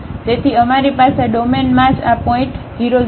તેથી અમારી પાસે ડોમેનમાં જ આ પોઇન્ટ 00 છે